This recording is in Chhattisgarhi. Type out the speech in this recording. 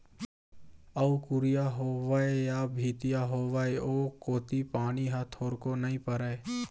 अउ कुरिया होवय या भीतिया होवय ओ कोती पानी ह थोरको नइ परय